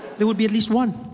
there would be at least one,